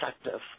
effective